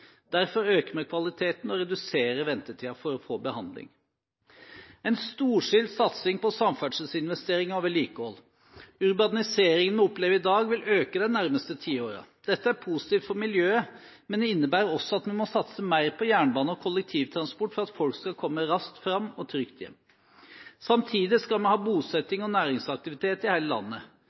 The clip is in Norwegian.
Derfor øker vi kvaliteten og reduserer ventetiden for å få behandling. Vi skal ha en storstilt satsing på samferdselsinvesteringer og vedlikehold. Urbaniseringen vi opplever i dag, vil øke de nærmeste tiårene. Dette er positivt for miljøet, men innebærer også at vi må satse mer på jernbane og kollektivtransport for at folk skal komme raskt fram og trygt hjem. Samtidig skal vi ha bosetting og næringsaktivitet i hele landet.